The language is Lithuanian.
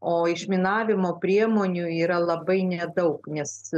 o išminavimo priemonių yra labai nedaug nes